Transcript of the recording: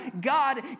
God